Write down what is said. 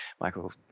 Michael